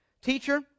teacher